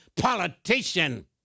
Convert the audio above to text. politician